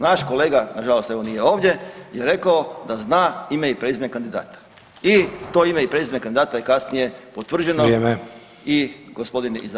Naš kolega, nažalost evo, nije ovdje je rekao da zna ime i prezime kandidata i to ime i prezime kandidata je kasnije potvrđeno [[Upadica: Vrijeme.]] i gospodin je izabran.